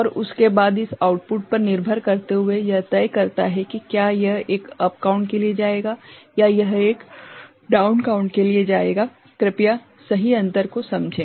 और उसके बाद इस आउटपुट पर निर्भर करते हुए यह तय करता है कि क्या यह एक अप काउंट के लिए जाएगा या यह एक डाउन काउंट के लिए जाएगा कृपया सही अंतर को समझें